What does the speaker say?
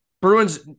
Bruins